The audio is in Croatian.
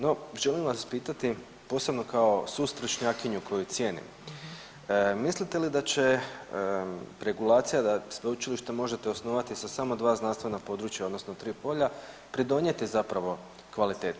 No, želim vas pitati, posebno kao sustručnjakinju koju cijenim, mislite li da će regulacija da sveučilište možete osnovati sa samo 2 znanstvena područja, odnosno 3 polja, pridonijeti zapravo kvaliteti?